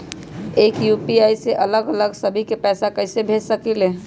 एक यू.पी.आई से अलग अलग सभी के पैसा कईसे भेज सकीले?